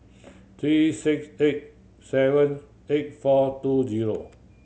three six eight seven eight four two zero